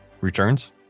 Returns